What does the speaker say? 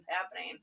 happening